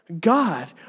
God